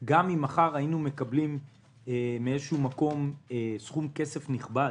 אם מחר היינו מקבלים מאיזשהו מקום סכום כסף נכבד